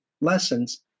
lessons